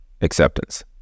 acceptance